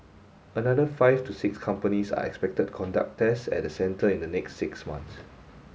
another five to six companies are expected conduct tests at the centre in the next six months